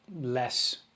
less